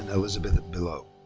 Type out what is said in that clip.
and elizabeth below.